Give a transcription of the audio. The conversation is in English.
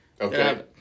Okay